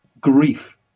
grief